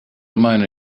minor